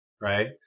Right